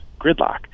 gridlock